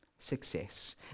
success